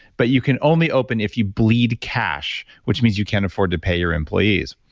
but you can only open if you bleed cash, which means you can't afford to pay your employees.